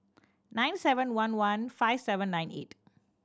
nine seven one one five seven nine eight